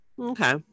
okay